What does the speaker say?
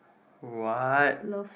what